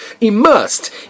immersed